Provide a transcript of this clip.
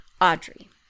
audrey